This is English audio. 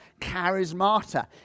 charismata